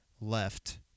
left